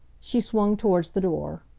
she swung towards the door.